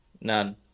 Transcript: None